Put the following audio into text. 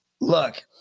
Look